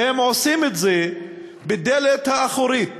והם עושים את זה בדלת האחורית